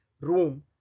room